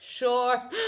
Sure